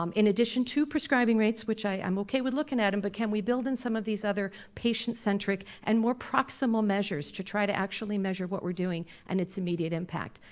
um in addition to prescribing rates, which, i'm okay with looking at em, but can we build in some of these other, patient-centric, and more proximal measures to try to actually measure what we're doing and its immediate impact?